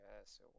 Yes